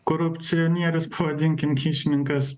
korupcionierius pavadinkim kyšininkas